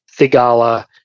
Thigala